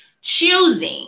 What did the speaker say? choosing